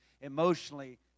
emotionally